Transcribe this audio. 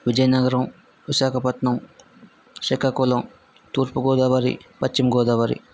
విజయనగరం విశాఖపట్నం శ్రీకాకుళం తూర్పు గోదావరి పశ్చిమ గోదావరి